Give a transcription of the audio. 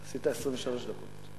אדוני היושב-ראש, חברי הכנסת,